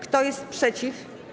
Kto jest przeciw?